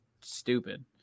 stupid